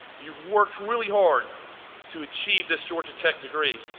you've worked really hard to achieve this georgia tech degree.